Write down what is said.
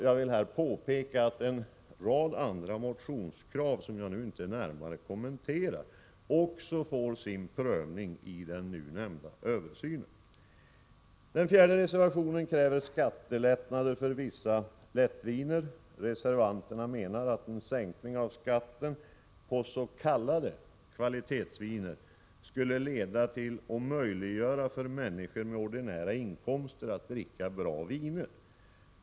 Jag vill här påpeka att en rad andra motionskrav som jag nu inte närmare kommenterar också får sin prövning i den nämnda översynen. Den fjärde reservationen kräver skattelättnader för vissa lättviner. Reservanterna menar att en sänkning av skatten på s.k. kvalitetsviner skulle möjliggöra för människor med ordinära inkomster att dricka bra viner.